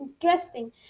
interesting